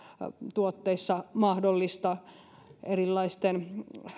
tuotteissa mahdollista erilaisten